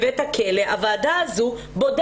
החוק שלי אומר: ועדת מסוכנות לאורך כל השהות שלו בבית הכלא ורק